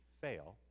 Fail